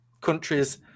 countries